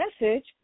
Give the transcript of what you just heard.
message